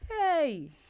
Hey